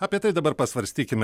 apie tai dabar pasvarstykime